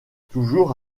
toujours